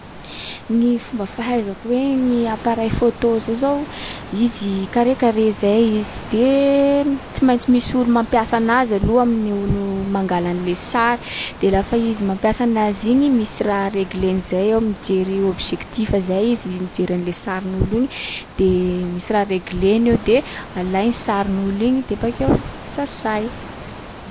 Gny fomba fahaizako hoe gny appareil photo zao zao, izy carré carré zay izy. De tsy maintsy misy olo mampiasa anazy aloha amin’ny olo mangala an'le sary. De lafa izy mampiasa anazy igny, misy raha regleny zay ao. Mijery objectif zay izy, mijery an’le sarin’olo igny, de misy raha regleny ao. De alainy sarin’olo iny de bakeo sasay.